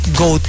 go